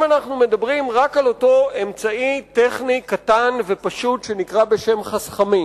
אם אנחנו מדברים רק על אותו אמצעי טכני קטן ופשוט שנקרא בשם חסכמים,